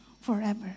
forever